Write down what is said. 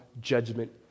judgment